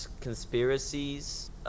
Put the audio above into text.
conspiracies